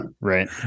right